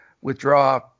withdraw